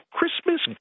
Christmas